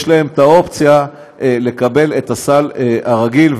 יש להם אופציה לקבל את הסל הרגיל,